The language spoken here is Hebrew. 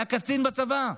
היה קצין בצבא,